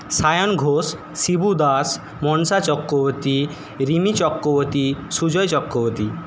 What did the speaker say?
Sayan Ghosh Shibu Das Manasa Chakraborty Rimi Chakraborty Sujay Chakraborty